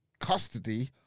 custody